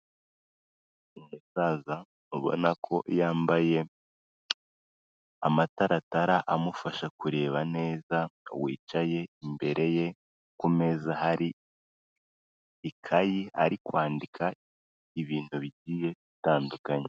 Umusaza ubona ko yambaye amataratara amufasha kureba neza, wicaye imbere ye ku meza hari ikayi ari kwandika ibintu bigiye gutandukanye.